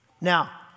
Now